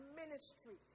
ministry